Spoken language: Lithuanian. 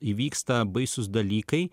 įvyksta baisūs dalykai